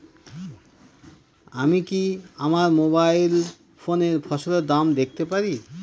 আমি কি আমার মোবাইল ফোনে ফসলের দাম দেখতে পারি?